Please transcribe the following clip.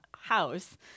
house